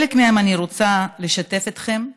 בחלק מהם אני רוצה לשתף אתכם,